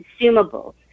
consumables